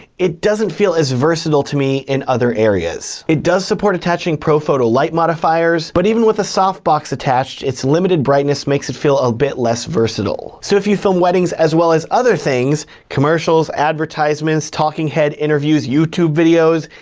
it doesn't feel as versatile to me in other areas. it does support attaching profoto light modifiers but even with a soft box attached, its limited brightness makes it feel a bit less versatile. so if you film weddings as well as other things, commercials, advertisements, talking head interviews, youtube videos,